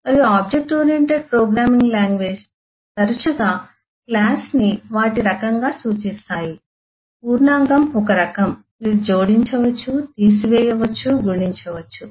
మరియు object oriented programming languages తరచుగా class ని వాటి రకంగా సూచిస్తాయి పూర్ణాంకం ఒక రకం ఇది జోడించవచ్చు తీసివేయవచ్చు గుణించవచ్చు